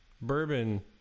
Bourbon